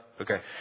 okay